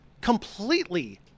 completely